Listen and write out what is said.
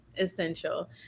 essential